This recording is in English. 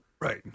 Right